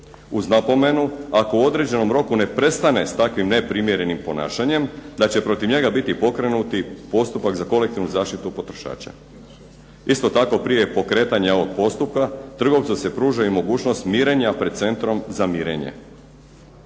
uz napomenu ako u određenom roku neprestane s takvim neprimjerenim ponašanjem, da će protiv njega biti pokrenuti postupak za kolektivu zaštitu potrošača. Isto tako, prije pokretanja ovog postupka, trgovcu se pruža i mogućnost mirenja pred centrom za mirenje.